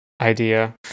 idea